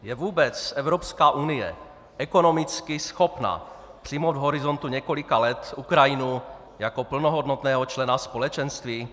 Je vůbec Evropská unie ekonomicky schopna přijmout v horizontu několika let Ukrajinu jako plnohodnotného člena společenství?